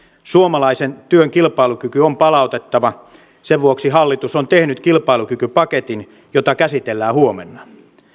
suomalaisen työn kilpailukyky on palautettava sen vuoksi hallitus on tehnyt kilpailukykypaketin jota käsitellään huomenna